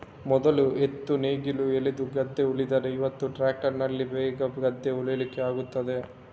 ಮೊದ್ಲು ಎತ್ತು ನೇಗಿಲು ಎಳೆದು ಗದ್ದೆ ಉಳ್ತಿದ್ರೆ ಇವತ್ತು ಟ್ರ್ಯಾಕ್ಟರಿನಲ್ಲಿ ಬೇಗ ಗದ್ದೆ ಉಳ್ಳಿಕ್ಕೆ ಆಗ್ತದೆ